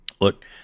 look